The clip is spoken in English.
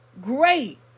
Great